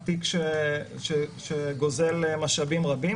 תיק שגוזל משאבים רבים.